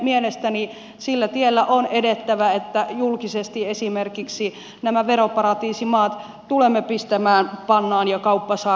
mielestäni sillä tiellä on edettävä että julkisesti esimerkiksi nämä veroparatiisimaat tulemme pistämään pannaan ja kauppasaartoihin